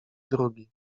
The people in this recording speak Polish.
drugi